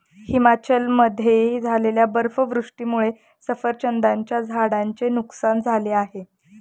हिमाचलमध्ये झालेल्या बर्फवृष्टीमुळे सफरचंदाच्या झाडांचे नुकसान झाले आहे